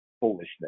foolishness